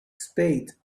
spade